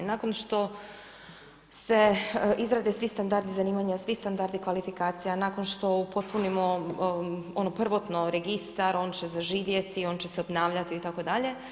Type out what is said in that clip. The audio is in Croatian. Nakon što se izrade svi standardi zanimanja, svi standardi kvalifikacija, nakon što upotpunimo, ono prvotno registar, on će zaživjeti, on će se obnavljati itd.